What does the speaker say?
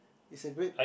is a great